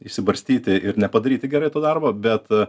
išsibarstyti ir nepadaryti gerai to darbo bet